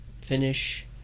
finish